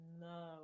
No